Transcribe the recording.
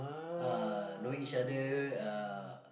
ah know each other ah